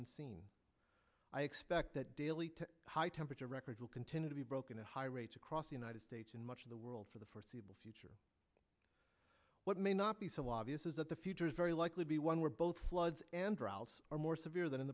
been seen i expect that daily to high temperature records will continue to be broken to high rates across the united states in much of the world for the foreseeable future what may not be so obvious is that the future is very likely to be one where both floods and droughts are more severe than in